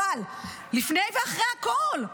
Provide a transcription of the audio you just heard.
אבל לפני ואחרי הכול,